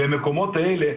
והמקומות האלה,